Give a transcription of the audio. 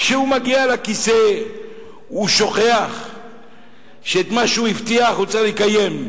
כשהוא מגיע לכיסא הוא שוכח שאת מה שהוא הבטיח הוא צריך לקיים,